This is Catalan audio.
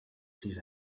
sis